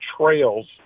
trails